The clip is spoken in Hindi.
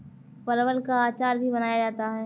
परवल का अचार भी बनाया जाता है